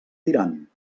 tirant